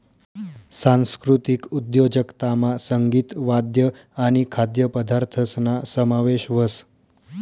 सांस्कृतिक उद्योजकतामा संगीत, वाद्य आणि खाद्यपदार्थसना समावेश व्हस